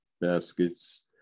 baskets